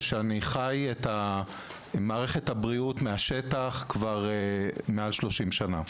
אני חי את מערכת הבריאות מהשטח כבר מעל ל-30 שנה.